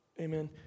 Amen